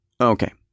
okay